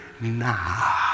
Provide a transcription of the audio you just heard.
now